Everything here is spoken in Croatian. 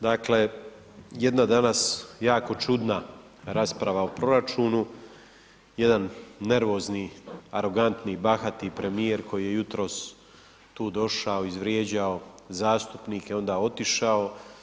Dakle jedna danas jako čudna rasprava o proračunu, jedan nervozni, arogantni, bahati premijer koji je jutros tu došao izvrijeđao zastupnike onda otišao.